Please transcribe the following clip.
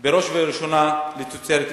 בראש ובראשונה לתוצרת מקומית.